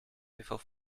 before